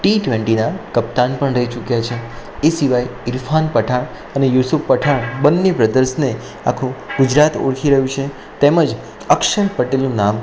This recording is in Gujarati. ટી ટ્વેન્ટીના કપ્તાન પણ રહી ચુક્યા છે એ સિવાય ઈરફાન પઠાણ અને યુસુફ પઠાણ બન્ને બ્રધર્સને આખું ગુજરાત ઓળખી રહ્યું છે તેમજ અક્ષર પટેલનું નામ